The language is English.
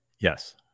yes